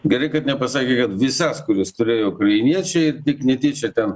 gerai kad nepasakė kad visas kurios turėjo ukrainiečiai tik netyčia ten